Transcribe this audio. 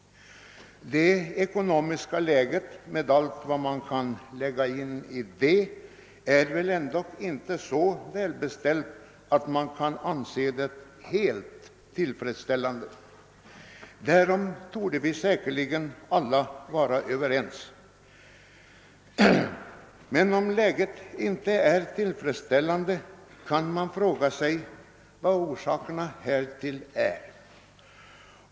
Det ekonomiska läget, med allt vad man kan lägga in i det, är ändock inte så gott att vi kan anse det helt tillfredsställande — därom torde vi alla vara överens. Om läget inte är tillfredsställande kan man ju fråga sig vilka orsakerna härtill är.